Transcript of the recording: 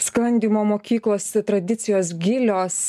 sklandymo mokyklos tradicijos gilios